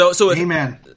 Amen